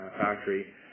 factory